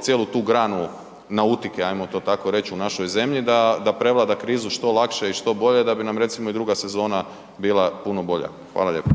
cijelu tu granu nautike, hajmo to tako reći u našoj zemlji, da prevlada krizu što lakše i što bolje, da bi nam recimo i druga sezona bila puno bolja. Hvala lijepo.